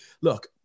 look